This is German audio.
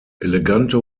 elegante